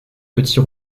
petit